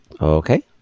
Okay